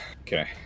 Okay